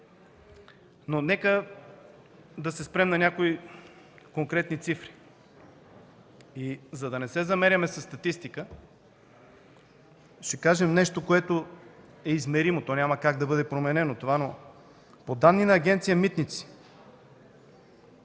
Нека да се спрем на някои конкретни цифри. За да не се замеряме със статистика, ще кажа нещо, което е измеримо – то няма как да бъде променено. По данни на Агенция „Митници”